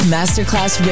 Masterclass